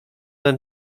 ten